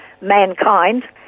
mankind